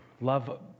Love